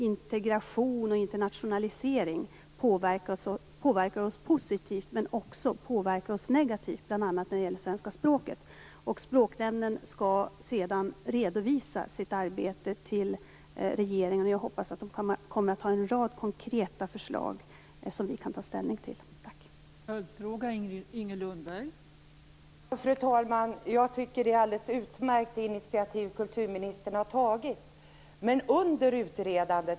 Integration och internationalisering påverkar oss positivt men också negativt, bl.a. när det gäller svenska språket. Språknämnden skall sedan redovisa sitt arbete för regeringen. Jag hoppas att man kommer att ha en rad konkreta förslag som vi kan ta ställning till.